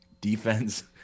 defense